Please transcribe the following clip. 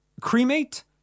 Cremate